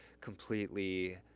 completely